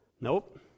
Nope